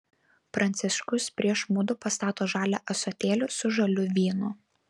pranciškus prieš mudu pastato žalią ąsotėlį su žaliu vynu